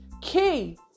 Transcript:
key